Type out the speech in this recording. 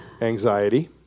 anxiety